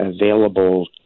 available